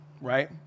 right